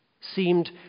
seemed